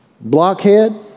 blockhead